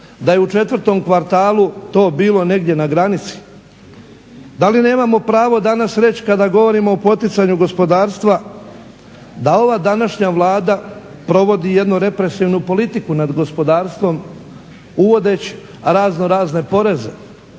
da je u 4 kvartalu to bilo negdje na granici. Da li nemamo pravo danas reći kada govorimo o poticanju gospodarstva da ova današnja Vlada provodi jednu represivnu politiku nad gospodarstvom uvodeći razno razne poreze,